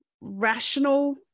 rational